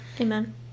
Amen